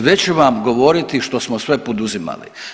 Sve ću vam govoriti što smo sve poduzimali.